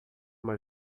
uma